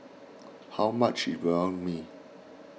how much is Banh Mi